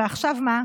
ועכשיו מה?